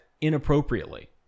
inappropriately